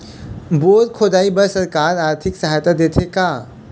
Bore खोदाई बर सरकार आरथिक सहायता देथे का?